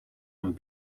een